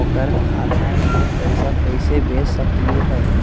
ओकर खाता में पैसा कैसे भेज सकली हई?